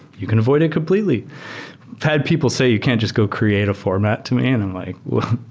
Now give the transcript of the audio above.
you can avoid it completely. i've had people say you can't just go create a format to me and i'm like, well,